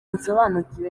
nsobanukiwe